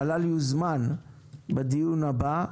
המל"ל יוזמן בדיון הבא,